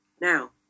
now